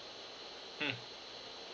hmm